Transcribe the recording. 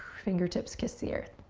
fingertips kiss the earth.